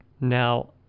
Now